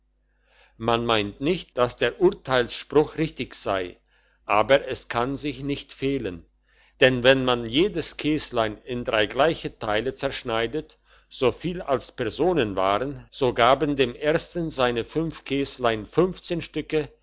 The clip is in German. man meint nicht dass der urteilsspruch richtig sei aber es kann sich nicht fehlen denn wenn man jedes käslein in drei gleiche teile zerschneidet so viel als personen waren so gaben dem ersten seine käslein stücke